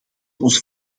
ons